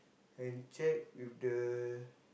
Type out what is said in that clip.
and check with the